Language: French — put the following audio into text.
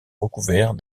recouvert